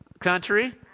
Country